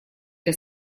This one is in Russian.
для